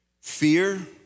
Fear